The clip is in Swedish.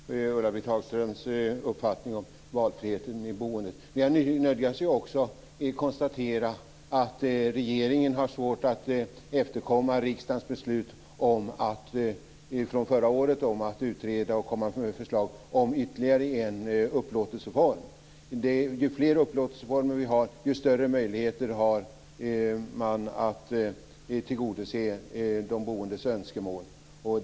Fru talman! Jag delar Ulla-Britt Hagströms uppfattning om valfrihet i boendet. Jag nödgas också konstatera att regeringen har svårt att efterkomma riksdagens beslut från förra året om att utreda och komma med förslag om ytterligare en upplåtelseform. Ju fler upplåtelseformer vi har, desto större möjligheter har man att tillgodose de boendes önskemål.